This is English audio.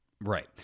Right